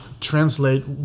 translate